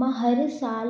मां हर साल